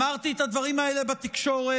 אמרתי את הדברים האלה בתקשורת,